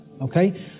okay